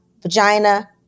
vagina